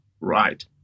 right